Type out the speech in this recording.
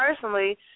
personally